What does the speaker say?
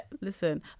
listen